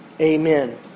Amen